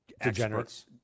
experts